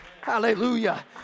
Hallelujah